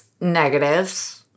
negatives